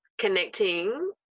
connecting